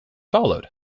followed